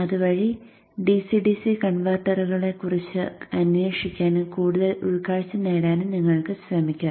അതുവഴി DC DC കൺവെർട്ടറുകളെ കുറിച്ച് അന്വേഷിക്കാനും കൂടുതൽ ഉൾക്കാഴ്ചകൾ നേടാനും നിങ്ങൾക്ക് ശ്രമിക്കാം